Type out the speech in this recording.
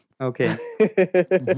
okay